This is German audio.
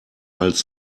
als